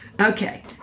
Okay